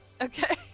Okay